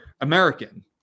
American